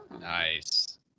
nice